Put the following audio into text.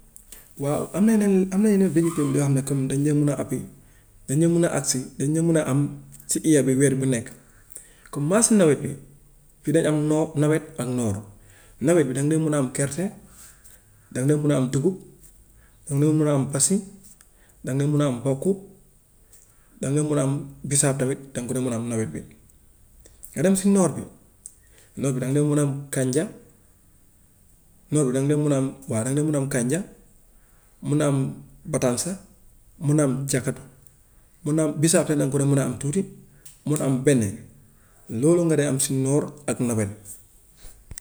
waaw am na yeneen am na yeneen bi nga xam ne comme dañ de mun a appui dañ dee mun a àgg si dañ dee mën a am si heure bi weer bu nekk. Comme maasu nawet bi fii day am noor nawet ak noor. Nawet bi danga dee mun a am gerte, danga dee mun a am dugub, danga dee mun a am basi, danga dee mun a am bokku, danga dee mun a am bisaab tamit danga ko dee mun a am nawet bi. Nga dem si noor bi, noor bi danga dee mun a am kanja, noor bi danga dee mun a am waa danga dee muna am kanja, mun a am batanse, mun a am jakatu, mun a am bisaab tam danga ko dee mun a am tuuti mun am bene loolu nga dee di am si noor ak nawet.